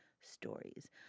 stories